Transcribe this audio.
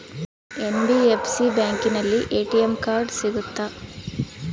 NBFC ಬ್ಯಾಂಕಿನಲ್ಲಿ ATM card ಸಿಗುತ್ತಾ?